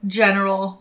general